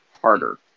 harder